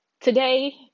Today